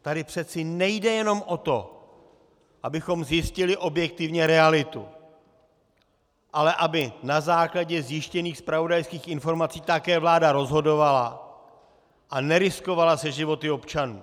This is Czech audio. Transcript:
Tady přece nejde jenom o to, abychom zjistili objektivně realitu, ale aby na základě zjištěných zpravodajských informací také vláda rozhodovala a neriskovala se životy občanů!